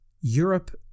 Europe